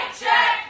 check